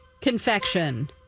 confection